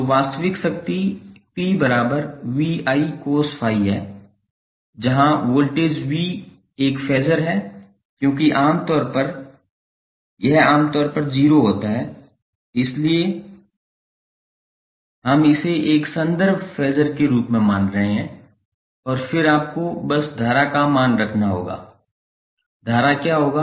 तो वास्तविक शक्ति P VI cos φ है यहां वोल्टेज V एक फेज़र है क्योंकि यह आम तौर पर 0 होता है इसलिए हम इसे एक संदर्भ फेज़र के रूप में मान रहे हैं और फिर आपको बस धारा का मान रखना होगा धारा क्या होगा